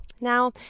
Now